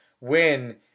win